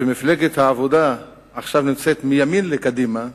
ומפלגת העבודה נמצאת עכשיו מימין לקדימה,